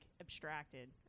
abstracted